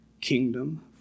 kingdom